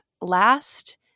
Last